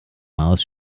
maus